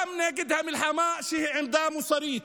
גם נגד המלחמה, שהיא עמדה מוסרית.